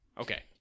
Okay